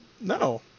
No